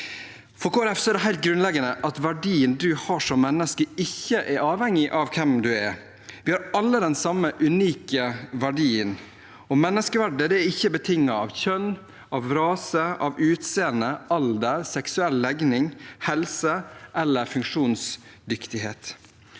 Folkeparti er det helt grunnleggende at verdien du har som menneske, ikke er avhengig av hvem du er. Vi har alle den samme unike verdien, og menneskeverdet er ikke betinget av kjønn, rase, utseende, alder, seksuell legning, helse eller funksjonsdyktighet.